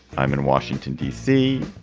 i'm in washington, d c.